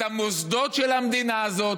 את המוסדות של המדינה הזאת.